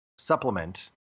supplement